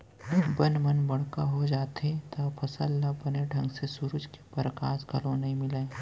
बन मन बड़का हो जाथें तव फसल ल बने ढंग ले सुरूज के परकास घलौ नइ मिलय